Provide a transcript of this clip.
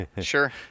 sure